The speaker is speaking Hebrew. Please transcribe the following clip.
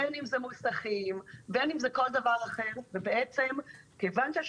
בין אם זה מוסכים או כל דבר אחר ובעצם כיוון שיש